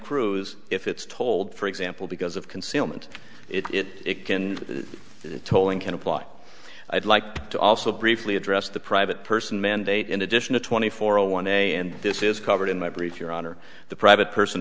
crues if it's told for example because of concealment it can it tolling can apply i'd like to also briefly address the private person mandate in addition to twenty four a one a and this is covered in my brief your honor the private person